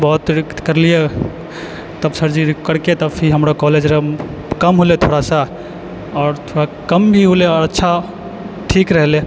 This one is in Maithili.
बहुत करलियै तब सर जी करके तब फिर हमरा कॉलेज कम होलै थोडा सा आओर थोड़ा कम भी भेलै आओर अच्छा ठीक रहलै